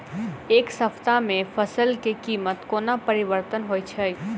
एक सप्ताह मे फसल केँ कीमत कोना परिवर्तन होइ छै?